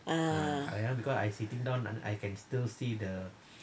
ah